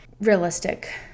Realistic